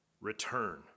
return